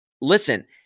listen